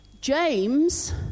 James